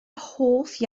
hoff